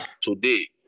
Today